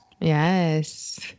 Yes